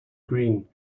green